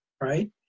right